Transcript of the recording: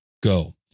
go